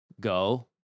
go